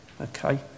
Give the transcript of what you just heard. okay